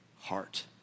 heart